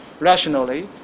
rationally